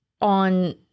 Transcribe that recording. on